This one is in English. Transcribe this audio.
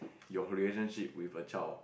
your relationship with a child